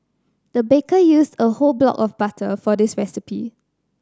the baker used a whole block of butter for this recipe